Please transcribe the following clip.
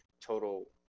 total